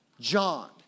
John